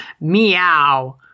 Meow